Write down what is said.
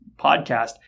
podcast